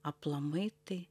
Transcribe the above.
aplamai tai